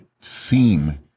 seem